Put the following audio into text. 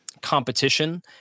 competition